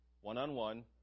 One-on-one